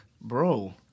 bro